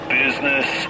business